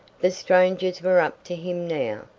the strangers were up to him now.